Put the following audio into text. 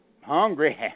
hungry